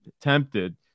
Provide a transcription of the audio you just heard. tempted